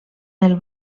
del